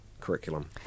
curriculum